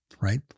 Right